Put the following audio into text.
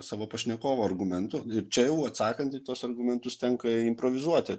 savo pašnekovo argumentų ir čia jau atsakant į tuos argumentus tenka improvizuoti